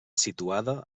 situada